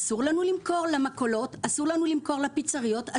אסור לנו למכור למכולות, אסור למכור לפיצריות.